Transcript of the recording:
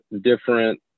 different